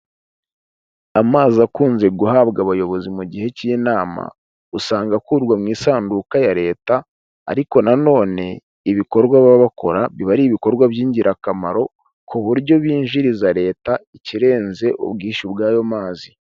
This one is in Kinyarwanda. Amazi akunze guhabwa abayobozi mu gihe cy'inama, usanga akurwa mu isanduka ya Leta ariko nanone ibikorwa baba bakora biba ari ibikorwa by'ingirakamaro ku buryo binjiriza Leta ikirenze ubwishyu bw'ayo mazi.